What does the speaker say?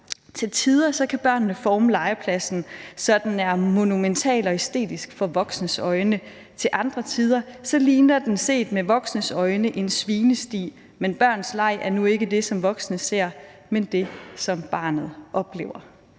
»Til tider kan børnene forme legepladsen, så den er monumental og æstetisk for voksnes øjne - til andre tider ligner den set med voksne øjne en svinesti, men børns leg er nu ikke det, som voksne ser; men det, som barnet oplever.«